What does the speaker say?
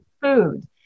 food